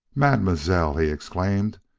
mademoiselle, he exclaimed,